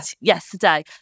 yesterday